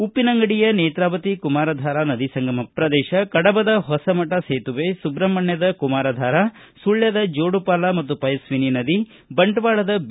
ಉಪ್ಪಿನಂಗಡಿಯ ನೇತ್ರಾವತಿ ಕುಮಾರಧಾರ ನದಿ ಸಂಗಮ ಪ್ರದೇಶ ಕಡಬದ ಹೊಸಮಠ ಸೇತುವೆ ಸುಬ್ರಹ್ಮಣ್ಣದ ಕುಮಾರಧಾರ ಸುಳ್ದದ ಜೋಡುಪಾಲ ಮತ್ತು ಪಯಸ್ವಿನಿ ನದಿ ಬಂಟ್ವಾಳದ ಬಿ